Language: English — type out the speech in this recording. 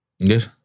Good